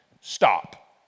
Stop